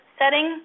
setting